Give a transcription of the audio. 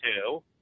two